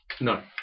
No